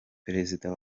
perezida